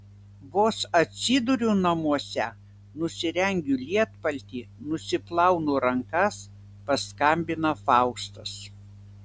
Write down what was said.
vos atsiduriu namuose nusirengiu lietpaltį nusiplaunu rankas paskambina faustas